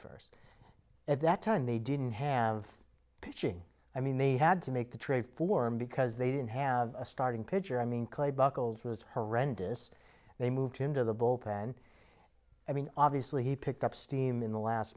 first at that time they didn't have pitching i mean they had to make the trade for him because they didn't have a starting pitcher i mean clay buchholz was horrendous they moved him to the bullpen i mean obviously he picked up steam in the last